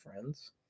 friends